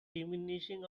diminishing